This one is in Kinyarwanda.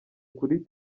kuri